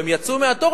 והן יצאו מהתור,